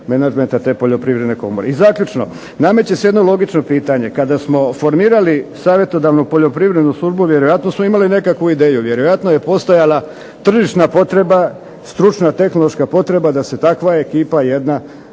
I zaključno, nameće se jedno logično pitanje, kada smo formirali savjetodavnu poljoprivrednu službu, vjerojatno smo imali nekakvu ideju, vjerojatno je postojala tržišna potreba, stručna, tehnološka potreba da se takva ekipa jedna